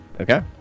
okay